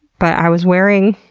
but i was wearing